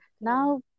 Now